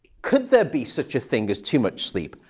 could there be such a thing as too much sleep?